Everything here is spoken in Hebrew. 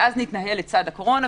ואז נתנהל לצד הקורונה.